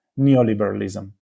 neoliberalism